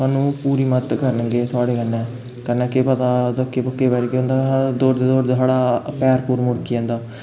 थुहानूं पूरा मदद करन गे थुआढ़े कन्नै कन्नै केह् पता तु के केईं बारी केह् होंदा दौड़दे दौड़दे साढ़ा पैर पूर मुड़की जंदा